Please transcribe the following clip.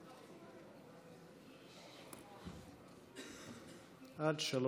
עד שלוש דקות לרשותך.